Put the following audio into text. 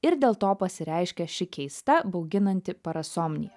ir dėl to pasireiškia ši keista bauginanti parasomnija